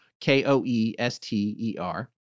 K-O-E-S-T-E-R